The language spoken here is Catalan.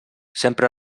sempre